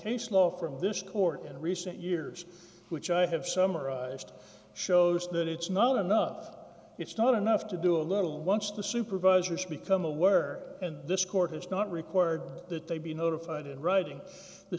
law from this court in recent years which i have summarized shows that it's not enough it's not enough to do a little once the supervisors become aware and this court has not required that they be notified and reading the